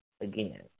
again